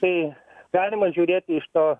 tai galima žiūrėti iš to